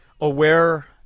aware